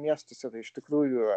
miestas yra iš tikrųjų